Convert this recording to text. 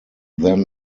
then